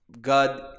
god